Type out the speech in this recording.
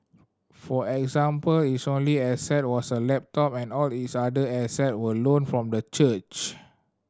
for example its only asset was a laptop and all its other asset were loaned from the church